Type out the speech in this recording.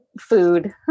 food